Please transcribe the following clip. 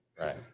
Right